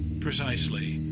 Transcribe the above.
Precisely